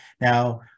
Now